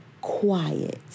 quiet